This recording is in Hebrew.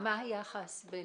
מה היחס בין